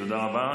תודה רבה.